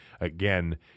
again